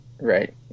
Right